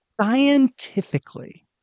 scientifically